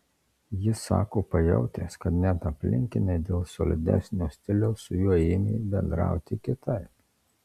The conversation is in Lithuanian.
jis sako pajautęs kad net aplinkiniai dėl solidesnio stiliaus su juo ėmė bendrauti kitaip